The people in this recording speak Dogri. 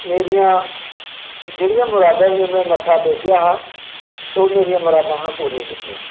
मेरियां जेह्ड़ियां मुरादां हियां में मत्था टेकेआ हा ते मेरियां मुरादां उ'नें पूरी कीतियां